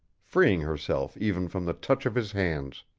freeing herself even from the touch of his hands.